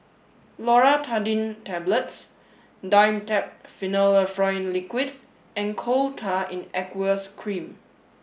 Loratadine Tablets Dimetapp Phenylephrine Liquid and Coal Tar in Aqueous Cream